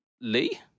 Lee